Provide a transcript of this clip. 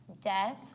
death